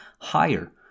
higher